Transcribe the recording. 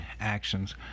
actions